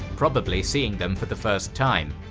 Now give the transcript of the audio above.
probably seeing them for the first time,